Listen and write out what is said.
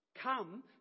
come